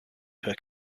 per